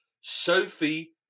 Sophie